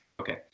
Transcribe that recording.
Okay